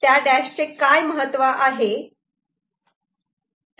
त्या डॅशचे काय महत्त्व आहे